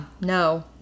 no